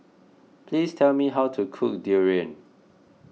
please tell me how to cook Durian